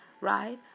right